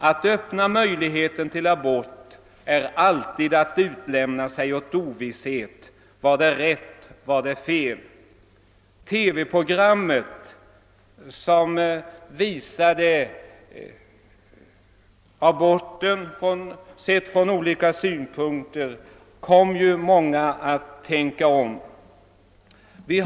Att öppna möjligheten till abort är alltid att utlämna sig åt ovisshet: vad är rätt, vad är fel? TV-programmet, som visade aborten sedd från olika synpunkter, kom ju många att tänka om.